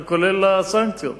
כולל הסנקציות.